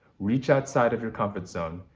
reach outside of your comfort zone,